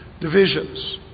divisions